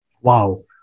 Wow